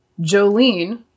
Jolene